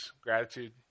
gratitude